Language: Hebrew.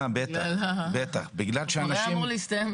הוא כבר היה אמור להסתיים.